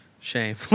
shame